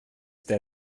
that